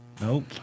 Nope